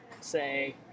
say